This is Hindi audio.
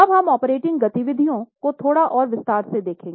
अब हम ऑपरेटिंग गतिविधियों को थोड़ा और विस्तार से देखें